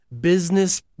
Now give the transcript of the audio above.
business